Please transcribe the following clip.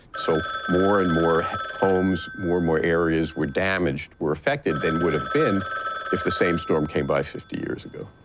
so more and more homes, more and more areas were damaged, were affected, than would have been if the same storm came by fifty years ago.